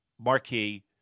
marquee